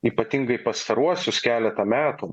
ypatingai pastaruosius keletą metų